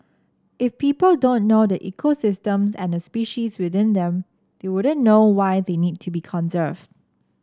if people don't know the ecosystems and the species within them they wouldn't know why they need to be conserved